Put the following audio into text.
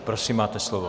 Prosím, máte slovo.